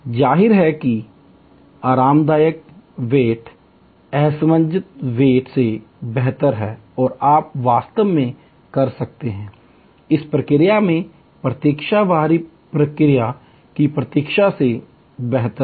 जाहिर है आरामदायक प्रतीक्षा असहज प्रतीक्षा से बेहतर हैं और आप वास्तव में कर सकते हैं यह प्रक्रिया प्रतीक्षा में बाहरी प्रक्रिया प्रतीक्षा से बेहतर है